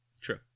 true